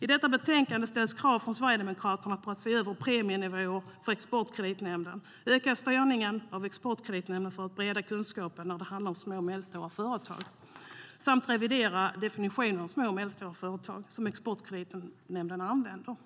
I detta betänkande ställs krav från Sverigedemokraterna på att se över premienivåer för Exportkreditnämnden, öka styrningen av Exportkreditnämnden för att bredda kundbasen när det handlar om små och medelstora företag samt revidera den definition av små och medelstora företag som Exportkreditnämnden använder.